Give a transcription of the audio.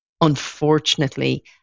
unfortunately